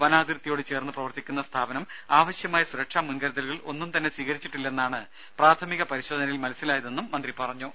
വനാതിർത്തിയോട് ചേർന്ന് പ്രവർത്തിക്കുന്ന സ്ഥാപനം ആവശ്യമായ സുരക്ഷാ മുൻകരുതലുകൾ ഒന്നുംതന്നെ സ്വീകരിച്ചിട്ടില്ലെന്നാണ് പരിശോധനയിൽ പ്രാഥമിക മനസ്സിലായതെന്നും മന്ത്രി പറഞ്ഞു